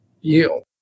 yield